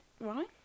Right